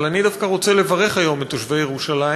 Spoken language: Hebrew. אבל אני דווקא רוצה לברך היום את תושבי ירושלים,